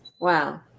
Wow